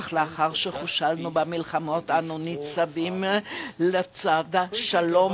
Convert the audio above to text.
אך לאחר שחושלנו במלחמות אנו ניצבים לצד השלום,